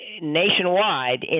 nationwide